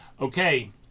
Okay